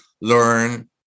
learn